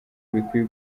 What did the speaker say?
bikwiye